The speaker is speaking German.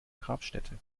grabstätte